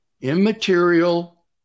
immaterial